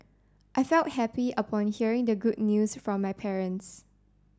I felt happy upon hearing the good news from my parents